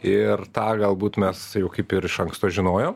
ir tą galbūt mes jau kaip ir iš anksto žinojom